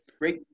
great